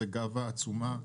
זאת גאווה עצומה.